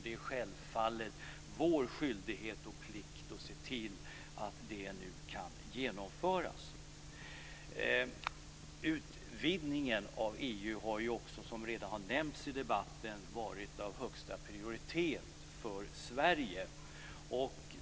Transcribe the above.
Det är självfallet vår skyldighet och plikt att se till att det nu kan genomföras. Utvidgningen av EU har också, som redan har nämnts i debatten, varit av högsta prioritet för Sverige.